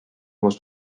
was